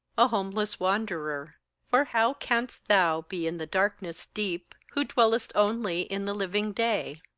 a homeless wanderer for how canst thou be in the darkness deep, who dwellest only in the living day?